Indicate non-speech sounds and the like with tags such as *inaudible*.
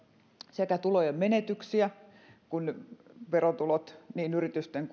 sekä tulojen menetyksiä kun verotulot niin yritysten *unintelligible*